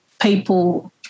people